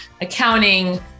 accounting